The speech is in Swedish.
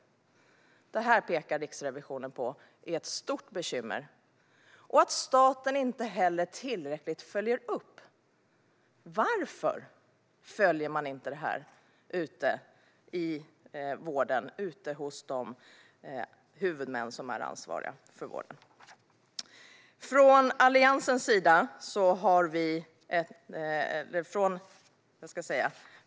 Detta pekar Riksrevisionen på är ett stort bekymmer, liksom att staten inte tillräckligt följer upp varför man inte följer detta i vården ute hos de huvudmän som är ansvariga för den.